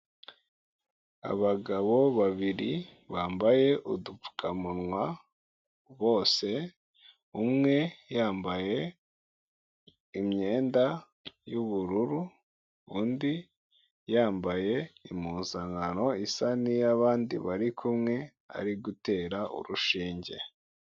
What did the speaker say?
Abagabo babiri bambaye udupfukamunwa bose, umwe yambaye imyenda y'ubururu undi yambaye impuzankano isa n'iy'abandi bari kumwe, ari gutera urushinge.